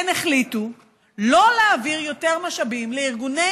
הן החליטו לא להעביר יותר משאבים לארגוני